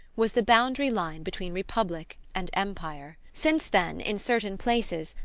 was the boundary line between republic and empire. since then, in certain places,